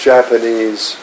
Japanese